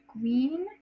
green